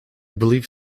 believe